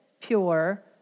pure